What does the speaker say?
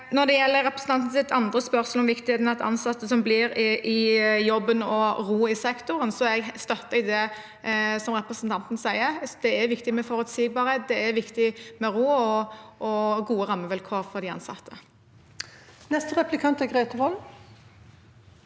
Når det gjelder representantens andre spørsmål, om viktigheten av at ansatte blir i jobben og ro i sektoren, støtter jeg det som representanten sier. Det er viktig med forutsigbarhet, og det er viktig med ro og gode rammevilkår for de ansatte. Grete Wold